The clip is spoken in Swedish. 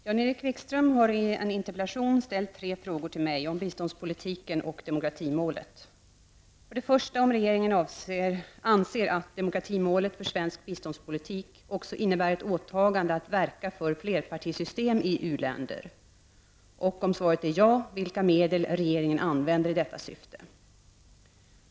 Herr talman! Jan-Erik Wikström har en interpellation ställt tre frågor till mig om biståndspolitiken och demokratimålet. För det första om regeringen anser att demokratimålet för svensk biståndspolitik också innebär ett åtagande att verka för flerpartisystem i u-länder och, om svaret på fråga är ja, vilka medel regeringen använder i detta syfte.